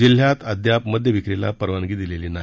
जिल्ह्यात अद्याप मद्य विक्रीला परवानगी देण्यात आलेली नाही